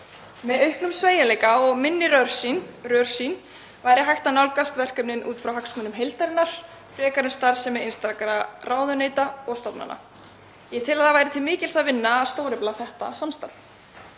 Með auknum sveigjanleika og minni rörsýn væri hægt að nálgast verkefnin út frá hagsmunum heildarinnar frekar en starfsemi einstakra ráðuneyta og stofnana. Ég tel að það væri til mikils að vinna að stórefla þetta samstarf.